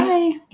Bye